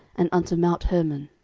and unto mount hermon.